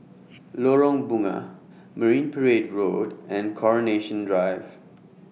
Lorong Bunga Marine Parade Road and Coronation Drive